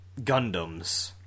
Gundams